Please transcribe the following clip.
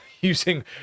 using